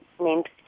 named